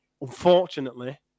Unfortunately